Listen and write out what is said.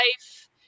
life